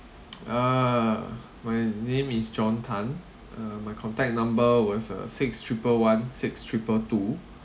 uh my name is john tan uh my contact number was uh six triple one six triple two